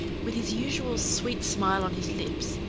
with his usual sweet smile on his lips,